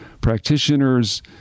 practitioners